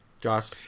Josh